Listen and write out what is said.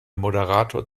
moderator